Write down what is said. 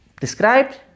Described